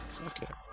Okay